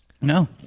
No